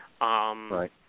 Right